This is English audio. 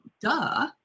duh